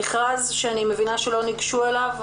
המכרז, שאני מבינה שלא ניגשו אליו.